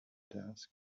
task